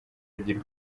ebyiri